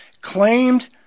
claimed